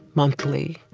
monthly,